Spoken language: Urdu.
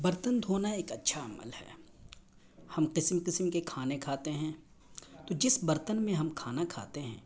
برتن دھونا ایک اچھا عمل ہے ہم قسم قسم کے کھانے کھاتے ہیں تو جس برتن میں ہم کھانا کھاتے ہیں